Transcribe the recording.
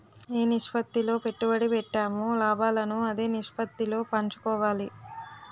ఏ నిష్పత్తిలో పెట్టుబడి పెట్టామో లాభాలను అదే నిష్పత్తిలో పంచుకోవాలి